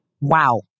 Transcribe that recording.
Wow